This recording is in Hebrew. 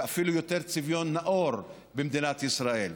ואפילו יותר צביון נאור במדינת ישראל.